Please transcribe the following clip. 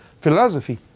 philosophy